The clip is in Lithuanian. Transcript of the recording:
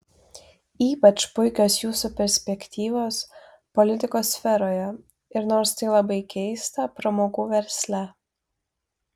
ypač puikios jūsų perspektyvos politikos sferoje ir nors tai labai keista pramogų versle